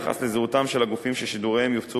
ביחס לזהותם של הגופים ששידוריהם יופצו